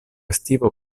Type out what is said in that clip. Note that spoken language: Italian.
estivo